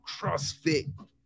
crossfit